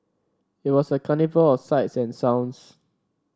it was a carnival of sights and sounds